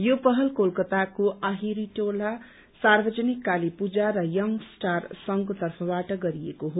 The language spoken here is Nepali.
यो पहल कोलकताको आहिरी टोला सार्वजनिक काली पूजा र यंग स्टार संघको तर्फबाट गरिएको हो